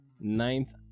ninth